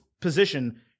position